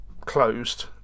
closed